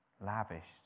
Lavished